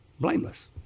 Blameless